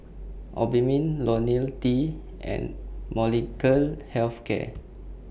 Obimin Ionil T and Molnylcke Health Care